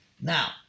Now